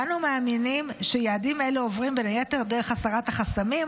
ואנו מאמינים שיעדים אלו עוברים בין היתר דרך הסרת החסמים,